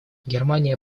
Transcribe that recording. германия